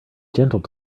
gentle